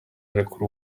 arekura